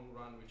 run